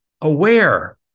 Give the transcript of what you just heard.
aware